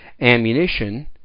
ammunition